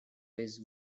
his